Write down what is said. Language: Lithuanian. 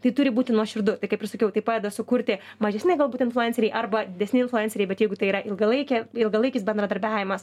tai turi būti nuoširdu tai kaip ir sakiau tai padeda sukurti mažesni galbūt influenceriai arba didesni influenceriai bet jeigu tai yra ilgalaikė ilgalaikis bendradarbiavimas